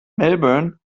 melbourne